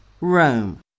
Rome